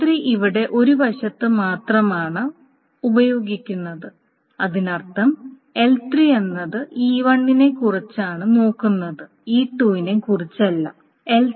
L3 ഇവിടെ ഒരു വശത്ത് മാത്രമാണ് ഉപയോഗിക്കുന്നത് അതിനർത്ഥം L3 എന്നത് E1 നെക്കുറിച്ചാണ് നോക്കുന്നത് E2 നെക്കുറിച്ചല്ല